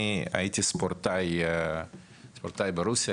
אני הייתי ספורטאי ברוסיה,